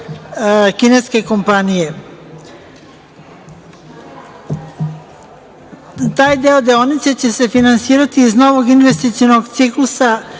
Kineske kompanije. Taj deo deonice će se finansirati iz novog investicionog ciklusa